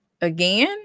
again